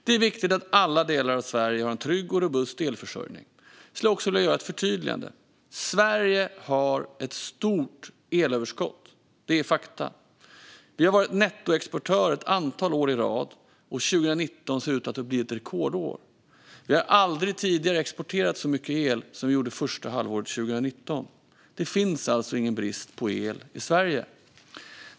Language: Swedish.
Det är viktigt att alla delar av Sverige har en trygg och robust elförsörjning. Jag skulle också vilja göra ett förtydligande. Sverige har ett stort elöverskott. Det är fakta. Vi har varit nettoexportör ett antal år i rad, och 2019 ser ut att bli ett rekordår. Vi har aldrig tidigare exporterat så mycket el som vi gjorde det första halvåret 2019. Det råder alltså ingen brist på el i Sverige.